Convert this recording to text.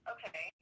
Okay